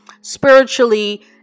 spiritually